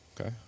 Okay